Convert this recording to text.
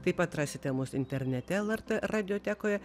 taip pat rasite mus internete lrt radiotekoje